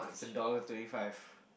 a dollar twenty five